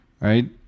right